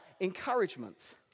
encouragement